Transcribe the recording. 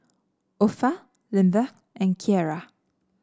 Opha Lindbergh and Kiera